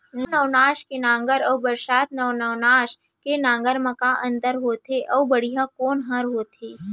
नौ नवनास के नांगर अऊ बरसात नवनास के नांगर मा का अन्तर हे अऊ बढ़िया कोन हर होथे?